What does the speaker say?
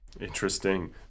Interesting